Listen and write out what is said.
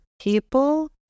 people